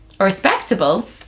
respectable